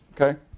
okay